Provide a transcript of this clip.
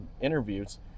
interviews